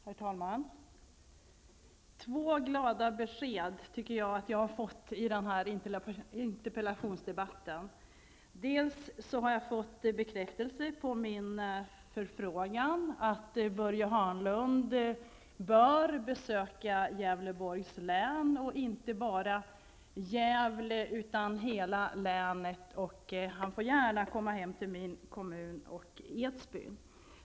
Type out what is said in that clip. Herr talman! Två glada besked tycker jag att jag har fått i denna interpellationsdebatt. Jag har fått ett positivt svar på min förfrågan om Börje Hörnlund kommer att besöka Gävleborgs län och då inte bara Gävle utan hela länet -- han får gärna komma även till min hemkommun, Edsbyn.